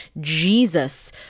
Jesus